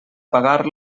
pagar